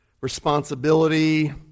responsibility